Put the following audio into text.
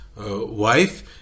wife